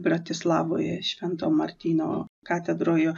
bratislavoje švento martyno katedroje